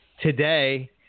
today